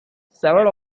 several